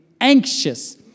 anxious